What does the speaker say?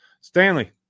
Stanley